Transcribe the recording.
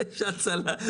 שום דבר שם לא